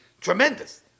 tremendous